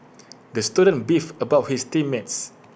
the student beefed about his team mates